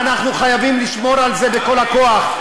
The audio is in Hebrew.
אנחנו חייבים לשמור על זה בכל הכוח.